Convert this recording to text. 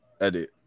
edit